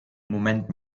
moment